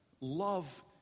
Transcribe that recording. love